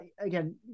again